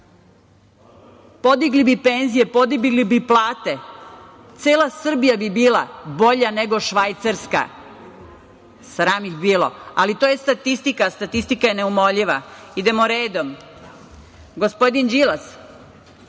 Podigli bi penzije, podigli bi plate. Cela Srbija bi bila bolja nego Švajcarska. Sram ih bilo. Ali, to je statistika, a statistika je neumoljiva. Idemo redom. Gospodin Đilas